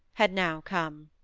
had now come.